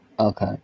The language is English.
Okay